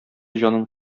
җанын